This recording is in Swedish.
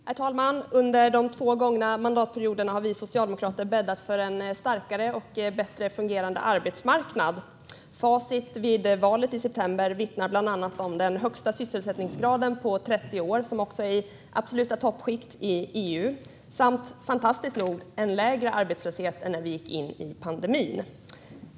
Herr talman! Under de två gångna mandatperioderna har vi socialdemokrater bäddat för en starkare och bättre fungerande arbetsmarknad. Facit vid valet i september vittnar bland annat om den högsta sysselsättningsgraden på 30 år - som också är i det absoluta toppskiktet i EU - samt, fantastiskt nog, en lägre arbetslöshet än när vi gick in i pandemin.